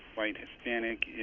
white hispanic